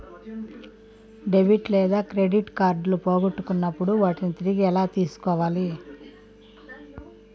debit లేదా credit కార్డులు పోగొట్టుకున్నప్పుడు వాటిని తిరిగి ఎలా తీసుకోవాలి